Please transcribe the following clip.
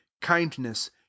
kindness